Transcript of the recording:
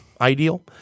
Ideal